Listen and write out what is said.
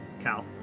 Cal